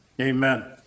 Amen